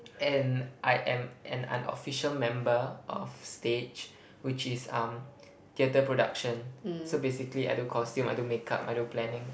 and I am an unofficial member of stage which is um theatre production so basically I do costume I do makeup I do planning